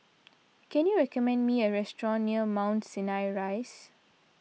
can you recommend me a restaurant near Mount Sinai Rise